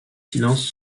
silences